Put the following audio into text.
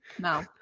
no